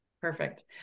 Perfect